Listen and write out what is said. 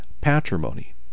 patrimony